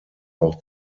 auch